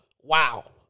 Wow